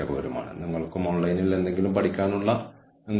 അതിനാൽ ജീവനക്കാർ വഹിക്കുന്ന റോളിനെക്കുറിച്ചുള്ള വിവരങ്ങൾ ആവശ്യമാണ്